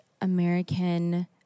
American